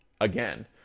again